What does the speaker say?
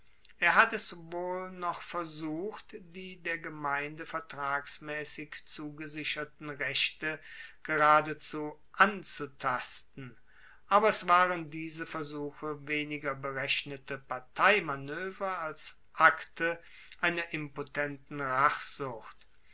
er hat es wohl noch versucht die der gemeinde vertragsmaessig zugesicherten rechte geradezu anzutasten aber es waren diese versuche weniger berechnete parteimanoever als akte einer impotenten